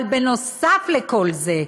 אבל נוסף על כל זה,